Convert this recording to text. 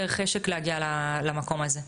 יותר חשק להגיע למקום הזה.